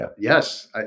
yes